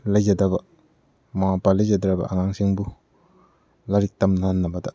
ꯂꯩꯖꯗꯕ ꯃꯃꯥ ꯃꯄꯥ ꯂꯩꯖꯗ꯭ꯔꯕ ꯑꯉꯥꯡꯁꯤꯡꯕꯨ ꯂꯥꯏꯔꯤꯛ ꯇꯝꯅꯍꯟꯅꯕꯗ